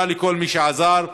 תודה לכל מי שעזר,